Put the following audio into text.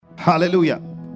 hallelujah